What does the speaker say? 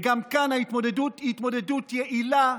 וגם כאן ההתמודדות היא התמודדות יעילה,